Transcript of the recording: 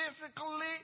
physically